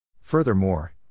Furthermore